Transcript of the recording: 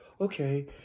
okay